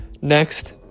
next